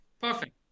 perfect